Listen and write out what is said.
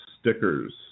stickers